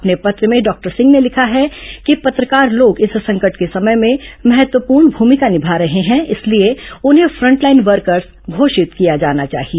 अपने पत्र में डॉक्टर सिंह ने लिखा है कि पत्रकार लोग इस संकट के समय में महत्वपूर्ण भूमिका निभा रहे है इसलिए उन्हें फ्रंटलाइन वर्कर्स घोषित किया जाना चाहिए